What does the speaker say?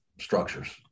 structures